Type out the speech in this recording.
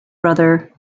brother